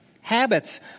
Habits